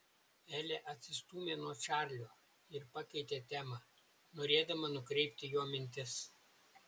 elė atsistūmė nuo čarlio ir pakeitė temą norėdama nukreipti jo mintis